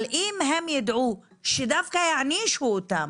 אבל, אם הם יידעו שדווקא יענישו אותם